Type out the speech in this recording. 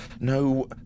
No